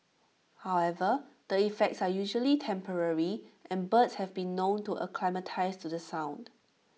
however the effects are usually temporary and birds have been known to acclimatise to the sound